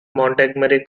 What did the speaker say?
montgomery